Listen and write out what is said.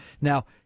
Now